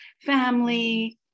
family